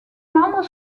membres